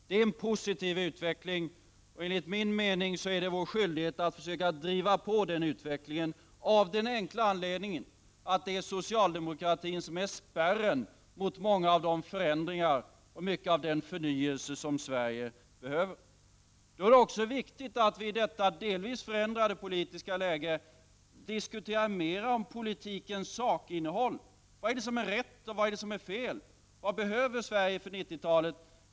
Det är en positiv utveckling, och enligt min mening är det vår skyldighet att försöka driva på den utvecklingen av den enkla anledningen att det är socialdemokratin som är spärren mot många av de förändringar och mycket av den förnyelse som Sverige behöver. Då är det också viktigt att vi i detta delvis förändrade politiska läge mera diskuterar politikens sakinnehåll — Vad är det som är rätt och fel? Vad behöver Sverige inför 90 talet?